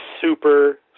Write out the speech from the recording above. super